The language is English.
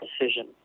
decision